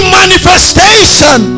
manifestation